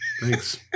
Thanks